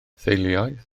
theuluoedd